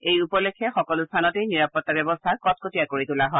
এই উপলক্ষে সকলো স্থানতে নিৰাপত্তা ব্যৱস্থা কটকটীয়া কৰি তোলা হয়